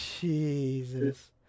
Jesus